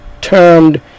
termed